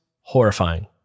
horrifying